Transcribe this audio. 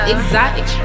Exotic